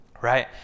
Right